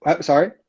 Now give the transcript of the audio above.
sorry